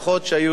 למיניהן,